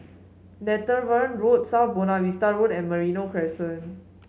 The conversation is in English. Netheravon Road South Buona Vista Road and Merino Crescent